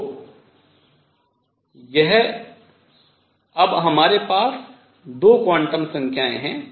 तो यह अब हमारे पास 2 क्वांटम संख्याएं हैं